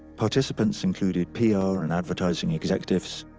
participants included pr and advertising executives,